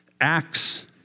Acts